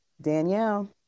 Danielle